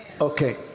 okay